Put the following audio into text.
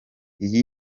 iyi